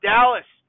Dallas